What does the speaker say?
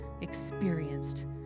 experienced